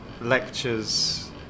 lectures